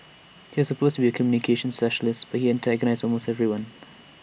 he was supposed to be A communications specialist but he antagonised almost everyone